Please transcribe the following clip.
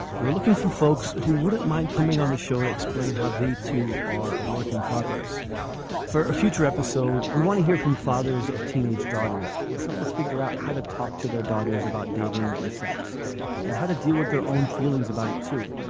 we're looking for folks who wouldn't mind coming on the show to explain how the two are a work in progress for a future episode. we want to hear from fathers of teenage daughters. we're trying to figure out how to talk to their daughters about dating and sex and how to deal with their own feelings about it too.